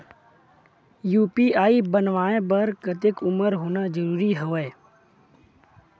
UPI बनवाय बर कतेक उमर होना जरूरी हवय?